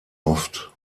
oft